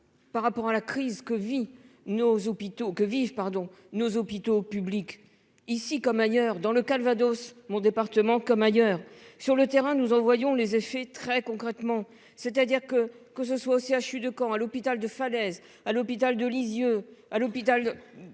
nos hôpitaux que vivent pardon nos hôpitaux publics ici comme ailleurs dans le Calvados, mon département comme ailleurs sur le terrain, nous en voyons les effets très concrètement c'est-à-dire que que ce soit au CHU de Caen à l'hôpital de fadaises à l'hôpital de Lisieux à l'hôpital.